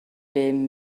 bum